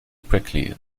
quickly